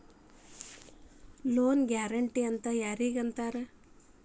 Loan guarantee ಅಂದ್ರ್ ಯಾರಿಗ್ ಅಂತಾರ?